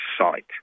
site